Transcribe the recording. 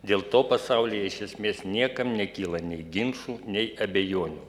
dėl to pasaulyje iš esmės niekam nekyla nei ginčų nei abejonių